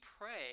pray